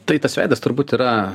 tai tas veidas turbūt yra